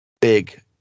big